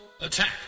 Attack